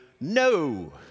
No